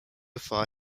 far